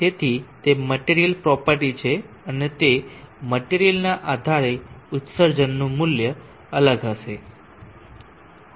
તેથી તે material property છે અને મટેરીયલ ના આધારે ઉત્સર્જનનું મૂલ્ય અલગ હશે